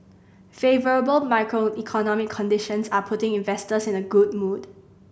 favourable macroeconomic conditions are putting investors in a good mood